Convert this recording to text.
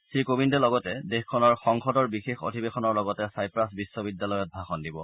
শ্ৰীকোবিন্দে লগতে দেশখনৰ সংসদৰ বিশেষ অধিৱেশনৰ লগতে ছাইপ্ৰাছ বিশ্ববিদ্যালয়ত ভাষণ দিব